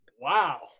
Wow